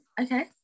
okay